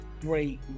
great